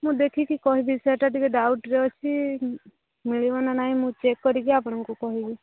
ମୁଁ ଦେଖିକି କହିବି ସେଇଟା ଟିକେ ଡାଉଟ୍ରେ ଅଛି ମିଳିବ ନା ନାହିଁ ମୁଁ ଚେକ୍ କରିକି ଆପଣଙ୍କୁ କହିବି